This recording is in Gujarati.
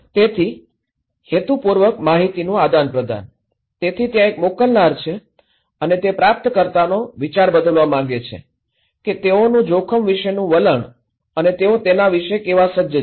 તેથી હેતુપૂર્વકની માહિતીનું આદાનપ્રદાન તેથી ત્યાં એક મોકલનાર છે અને તે પ્રાપ્તકર્તાનો વિચાર બદલવા ઇચ્છે છે કે તેઓનું જોખમ વિશેનું વલણને અને તેઓ તેના વિષે કેવા સજ્જ છે